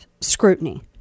scrutiny